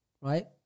right